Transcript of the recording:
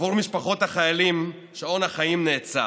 בעבור משפחות החיילים שעון החיים נעצר,